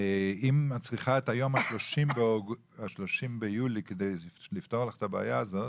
אם את צריכה את ה-30 ביולי לפתור את הבעיה הזאת,